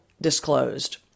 disclosed